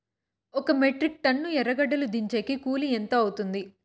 ఒక metric ton ఎర్రగడ్డలు దించేకి కూలి ఎంత అవుతుంది?